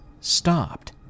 stopped